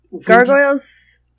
Gargoyles